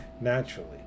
naturally